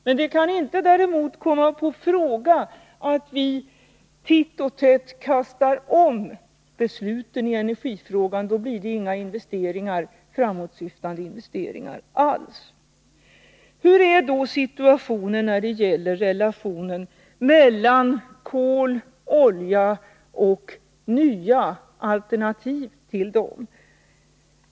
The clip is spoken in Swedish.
Men det kan däremot inte komma i fråga att vi titt och tätt kastar om besluten i energifrågan. Då blir det inga framåtsyftande investeringar alls. Hur är då situationen när det gäller relationen mellan kol, olja och nya alternativ till dem?